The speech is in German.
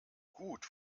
gut